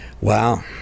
Wow